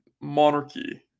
monarchy